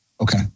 Okay